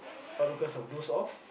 but because of doze off